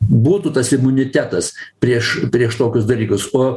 būtų tas imunitetas prieš prieš tokius dalykus o